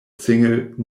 single